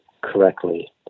correctly